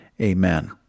Amen